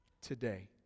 today